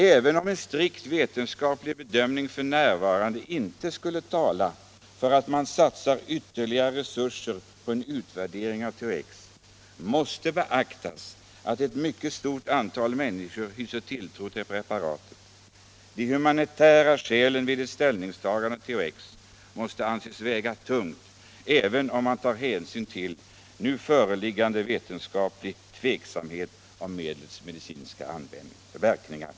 Även om en strikt vetenskaplig bedömning f. n. inte skulle tala för att man satsar ytterligare resurser på en utvärdering av THX, måste beaktas att ett mycket stort antal människor hyser tilltro till preparatet. De humanitära skälen vid ett ställningstagande till THX måste anses väga tungt, även om man tar hänsyn till nu föreliggande vetenskaplig tveksamhet om medlets medicinska verkningar.